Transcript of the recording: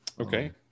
Okay